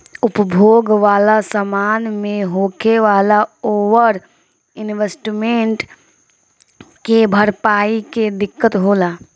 उपभोग वाला समान मे होखे वाला ओवर इन्वेस्टमेंट के भरपाई मे दिक्कत होला